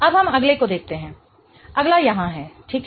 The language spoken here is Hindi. अब हम अगले को देखते हैं अगला यहाँ है ठीक है